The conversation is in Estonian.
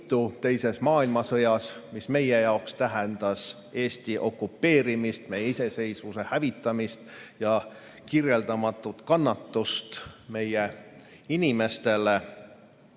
teises maailmasõjas, mis meie jaoks tähendas Eesti okupeerimist, meie iseseisvuse hävitamist ja kirjeldamatuid kannatusi meie inimestele.